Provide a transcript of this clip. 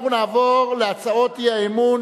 אנחנו נעבור להצעת האי-אמון